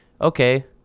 okay